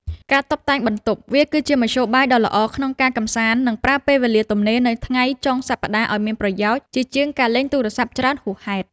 ការតុបតែងបន្ទប់ វាគឺជាមធ្យោបាយដ៏ល្អក្នុងការកម្សាន្ត និងប្រើប្រាស់ពេលវេលាទំនេរនៅថ្ងៃចុងសប្ដាហ៍ឱ្យមានប្រយោជន៍ ជាជាងការលេងទូរស័ព្ទច្រើនហួសហេតុ។